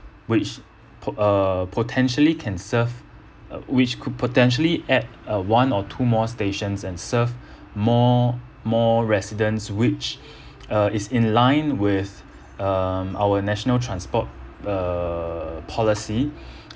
which uh potentially can serve which could potentially add uh one or two more stations and serve more more residents which uh is in line with um our national transport err policy